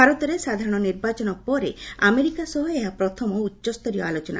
ଭାରତରେ ସାଧାରଣ ନିର୍ବାଚନ ପରେ ଆମେରିକା ସହ ଏହା ପ୍ରଥମ ଉଚ୍ଚସ୍ତରୀୟ ଆଲୋଚନା